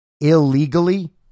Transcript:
illegally